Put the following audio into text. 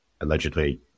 allegedly